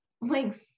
links